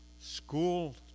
school